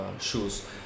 shoes